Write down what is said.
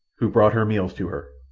who brought her meals to her.